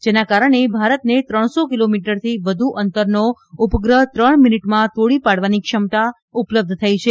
જેના કારણે ભારતને ત્રણસો કીલોમીટરથી વધુ અંતરનો ઉપગ્રહ ત્રણ મીનીટમાં તોડી પાડવાની ક્ષમતા ઉપલબ્ધ થઈ છે